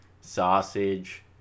sausage